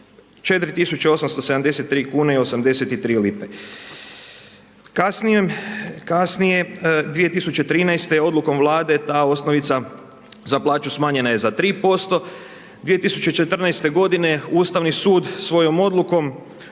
4873,83. Kasnije, 2013. odlukom Vlade ta osnovica za plaću smanjena je za 3%. 2014. godine Ustavni sud svojom odlukom